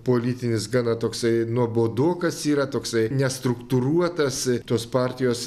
politinis gana toksai nuobodokas yra toksai nestruktūruotas tos partijos